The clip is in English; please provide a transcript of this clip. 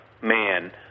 man